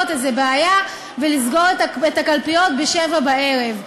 איזה בעיה ולסגור את הקלפיות ב-19:00.